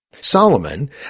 Solomon